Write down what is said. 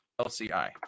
LCI